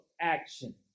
action